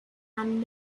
and